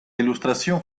ilustración